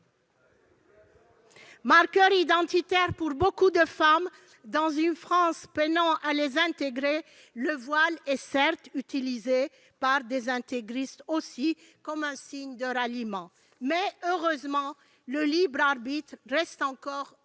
Marqueur identitaire pour beaucoup de femmes dans une France peinant à les intégrer, le voile est certes utilisé par des intégristes comme un signe de ralliement. Mais, heureusement, le libre arbitre est encore la